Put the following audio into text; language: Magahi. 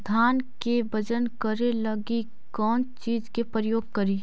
धान के बजन करे लगी कौन चिज के प्रयोग करि?